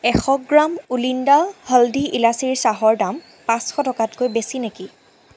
এশ গ্ৰাম ওলিণ্ডা হলধি ইলাচিৰ চাহৰ দাম পাঁচশ টকাতকৈ বেছি নেকি